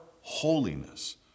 holiness